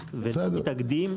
לתאריך ומתאגדים,